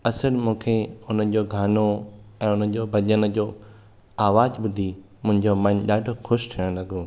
असलु मूंखे उननि जो गानो ऐं उननि जो भॼन जो आवाजु ॿुधी मुंहिंजो मनु ॾाढो ख़ुशि थियण लॻो